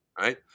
Right